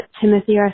Timothy